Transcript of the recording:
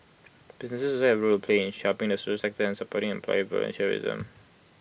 businesses also have A role to play in helping the social sector and supporting employee volunteerism